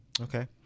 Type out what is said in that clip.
Okay